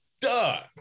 Duh